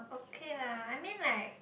okay lah I mean like